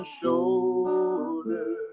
shoulder